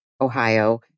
Ohio